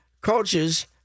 coaches